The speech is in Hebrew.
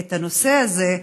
את הנושא הזה,